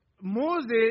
Moses